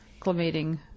acclimating